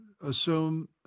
assume